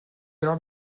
alors